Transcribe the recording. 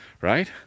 Right